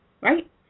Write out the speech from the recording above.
right